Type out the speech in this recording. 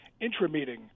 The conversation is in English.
intra-meeting